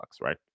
right